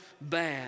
bad